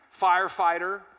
firefighter